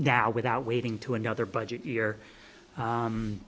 now without waiting to another budget year